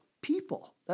people